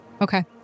Okay